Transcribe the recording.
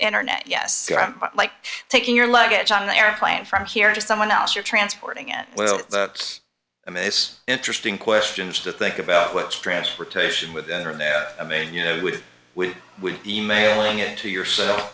internet yes like taking your luggage on an airplane from here to someone else you're transporting it well it's i mean it's interesting questions to think about what's transportation with the internet there you know with we would be mailing it to yourself